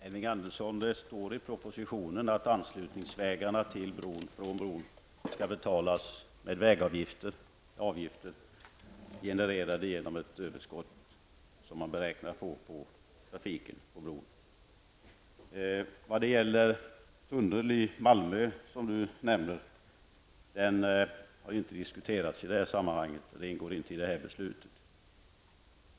Fru talman! Det står i propositionen, Elving Andersson, att anslutningsvägarna från bron skall betalas med avgifter genererade genom det överskott man beräknar få av trafiken på bron. När det gäller en tunnel i Malmö, som Elving Andersson nämnde, har den inte diskuterats i detta sammanhang, och den ingår inte i detta beslut.